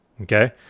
Okay